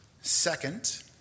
Second